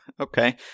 Okay